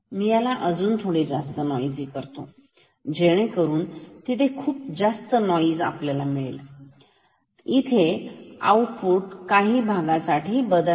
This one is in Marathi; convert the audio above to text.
मी ह्याला अजून जास्त नोईझीं करतो जेणेकरून तिथे खूप जास्त नोइझ आपल्याला मिळेल पण आउटपुट इथे ह्या भागासाठी बदलणार